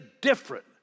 different